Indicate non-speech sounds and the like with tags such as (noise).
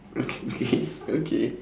okay (laughs) okay okay